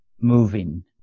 moving